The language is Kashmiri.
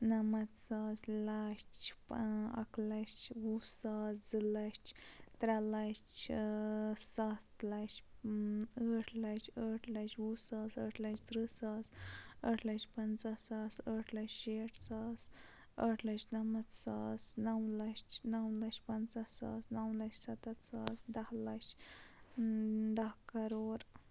نَمَتھ ساس لَچھ اَکھ لَچھ وُہ ساس زٕ لَچھ ترٛےٚ لَچھ سَتھ لَچھ ٲٹھ لَچھ ٲٹھ لَچھ وُہ ساس ٲٹھ لَچھ تٕرٛہ ساس ٲٹھ لَچھ پَنٛژاہ ساس ٲٹھ لَچھ شیٹھ ساس ٲٹھ لَچھ نَمَتھ ساس نَو لَچھ نَو لَچھ پَنٛژاہ ساس نَو لَچھ سَتَتھ ساس دَہ لَچھ دَہ کَرور